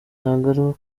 ntago